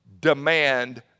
demand